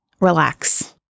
relax